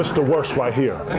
the worst why here.